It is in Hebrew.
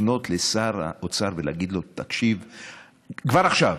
לפנות לשר האוצר ולהגיד לו: כבר עכשיו